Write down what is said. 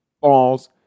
balls